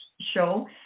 show